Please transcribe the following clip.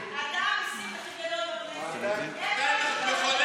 65 שנה לימדו אותי שלעשות הפגנה